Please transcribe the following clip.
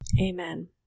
Amen